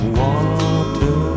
water